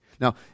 Now